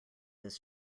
this